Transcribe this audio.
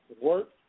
work